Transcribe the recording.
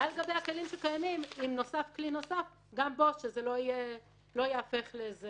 ואם נוסף כלי נוסף על גבי הכלים הקיימים אז שזה לא ייהפך לאיזה